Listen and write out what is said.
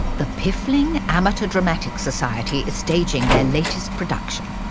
the piffling amateur dramatics society is staging their latest production.